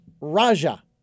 Raja